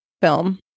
film